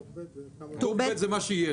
טור ב' זה מה שיהיה.